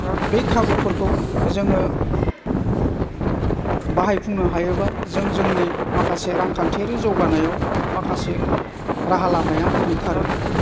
बै खाबुफोरखौ जोङो बाहायफुंनो हायोबा जों जोंनि माखासे रांखान्थियारि जौगानायाव माखासे राहा लामाया ओंखारो